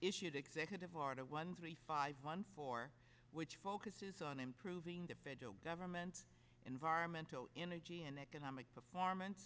issued executive order one three five one four which focuses on improving the federal government environmental energy and economic performance